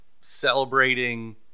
celebrating